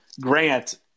Grant